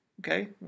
okay